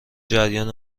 جریان